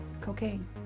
cocaine